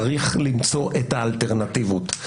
צריך למצוא את האלטרנטיבות.